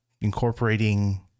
incorporating